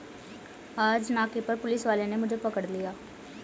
आज नाके पर पुलिस वाले ने मुझे पकड़ लिया